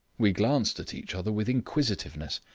we glanced at each other with inquisitiveness.